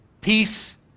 Peace